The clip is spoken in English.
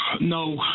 No